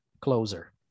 closer